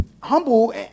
humble